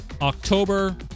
October